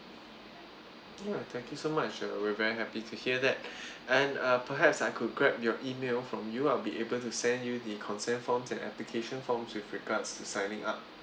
mm thank you so much ah we're very happy to hear that and uh perhaps I could grab your email from you I will be able to send you the consent forms an application forms with regards to signing up